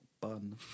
bun